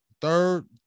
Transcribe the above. third